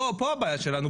פה הבעיה שלנו,